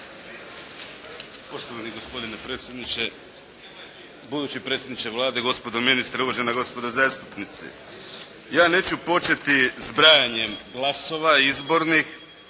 Poštovani gospodine predsjedniče, budući predsjedniče Vlade, gospodo ministri, uvažena gospodo zastupnici. Ja neću početi zbrajanjem glasova izbornih